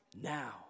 now